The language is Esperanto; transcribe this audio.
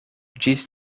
ĝis